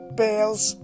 bales